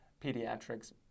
pediatrics